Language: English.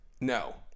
No